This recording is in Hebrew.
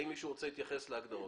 האם מישהו רוצה להתייחס להגדרות?